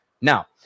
Now